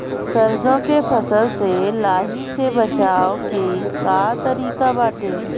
सरसो के फसल से लाही से बचाव के का तरीका बाटे?